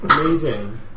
Amazing